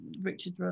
Richard